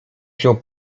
się